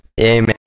Amen